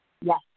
Yes